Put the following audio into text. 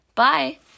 Bye